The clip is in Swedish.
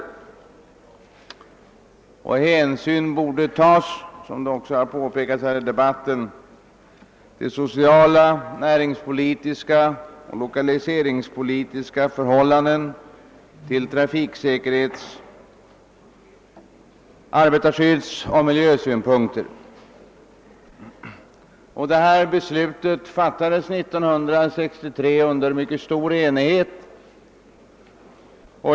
Hänsyn borde tas, som också påpekats i debatten, till sociala, näringspolitiska och lokaliseringspolitiska förhållanden, till trafiksäkerhets-, arbetarskyddsoch miljösynpunkter. Detta beslut fattades under mycket stor enighet.